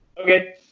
Okay